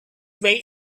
may